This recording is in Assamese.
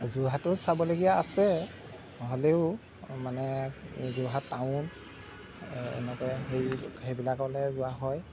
যোৰহাটো চাবলগীয়া আছে হ'লেও মানে যোৰহাট টাউন এনেকৈ হেৰি সেইবিলাকলৈ যোৱা হয়